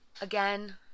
Again